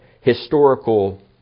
historical